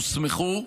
הוסמכו,